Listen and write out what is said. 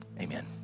Amen